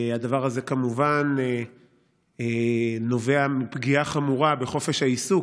הדבר הזה כמובן נובע מפגיעה חמורה בחופש העיסוק,